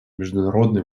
международной